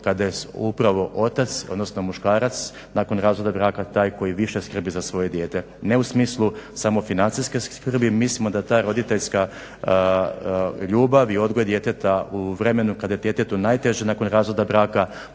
kada je upravo otac odnosno muškarac nakon razvoda braka taj koji više skrbi za svoje dijete. Ne u smislu samo financijske skrbi, mislimo da ta roditeljska ljubav i odgoj djeteta u vremenu kada je djetetu najteže nakon razvoda braka